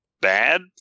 bad